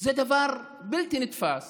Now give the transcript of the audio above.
זה דבר בלתי נתפס